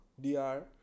DR